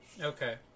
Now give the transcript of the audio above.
Okay